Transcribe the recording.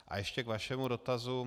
A ještě k vašemu dotazu.